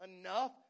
enough